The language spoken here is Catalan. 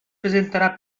presentarà